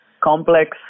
complex